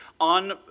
on